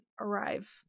arrive